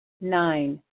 Nine